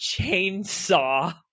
chainsaw